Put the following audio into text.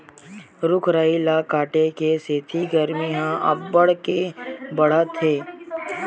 रूख राई ल काटे के सेती गरमी ह अब्बड़ के बाड़हत हे